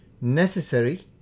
necessary